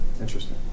interesting